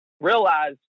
realize